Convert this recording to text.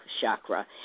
chakra